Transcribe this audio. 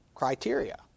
criteria